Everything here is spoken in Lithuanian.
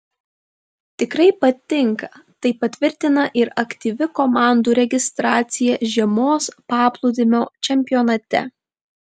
tikrai patinka tai patvirtina ir aktyvi komandų registracija žiemos paplūdimio čempionate